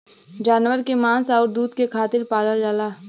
जानवर के मांस आउर दूध के खातिर पालल जाला